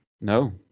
No